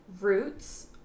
roots